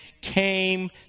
came